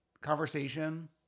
conversation